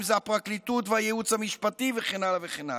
אם זה הפרקליטות והייעוץ המשפטי וכן הלאה וכן הלאה.